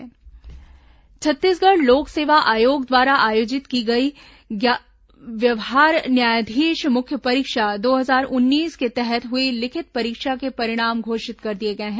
व्यवहार न्यायाधीश मुख्य परीक्षा छत्तीसगढ़ लोक सेवा आयोग द्वारा आयोजित की गई व्यवहार न्यायाधीश मुख्य परीक्षा दो हजार उन्नीस के तहत हुई लिखित परीक्षा के परिणाम घोषित कर दिए गए हैं